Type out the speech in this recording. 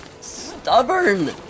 stubborn